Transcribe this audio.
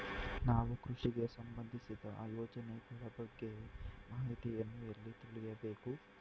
ನಾವು ಕೃಷಿಗೆ ಸಂಬಂದಿಸಿದ ಯೋಜನೆಗಳ ಬಗ್ಗೆ ಮಾಹಿತಿಯನ್ನು ಎಲ್ಲಿ ತಿಳಿಯಬೇಕು?